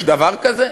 יש דבר כזה?